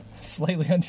Slightly